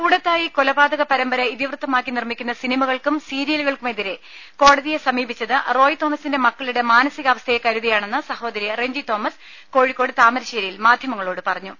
കൂടത്തായ് കൊലപാതക പരമ്പര ഇതിവൃത്തമാക്കി നിർമിക്കുന്ന സിനിമകൾക്കും സീരിയലുകൾക്കെതിരെ കോടതിയെ സമീപിച്ചത് റോയ് തോമസിന്റെ മക്കളുടെ മാനസികാവസ്ഥയെ കരുതിയാണെന്ന് സഹോദരി റെഞ്ചി തോമസ് കോഴിക്കോട് താമരശ്ശേരിയിൽ മാധ്യമങ്ങളോട് പറഞ്ഞു